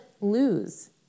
lose